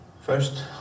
first